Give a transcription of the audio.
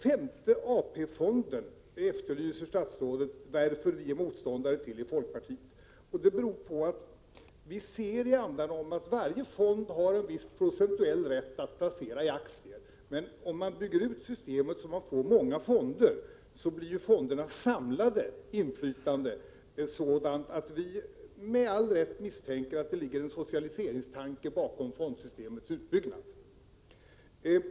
Sedan: Statsrådet efterlyser varför vi i folkpartiet är motståndare till den femte AP-fonden. Det beror på att varje fond har en viss procentuell rätt att placera i aktier och att vi i andanom ser, att om systemet byggs ut så att det blir många fonder, blir fondernas samlade inflytande sådant att vi med all rätt misstänker att det ligger en socialiseringstanke bakom fondsystemets utbyggnad.